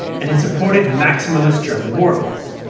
and it supported maximalist german war goals.